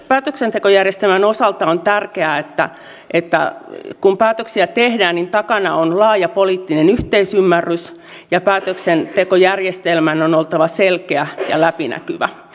päätöksentekojärjestelmän osalta on tärkeää että että kun päätöksiä tehdään niin takana on laaja poliittinen yhteisymmärrys ja päätöksentekojärjestelmän on oltava selkeä ja läpinäkyvä